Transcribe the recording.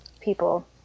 people